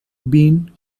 been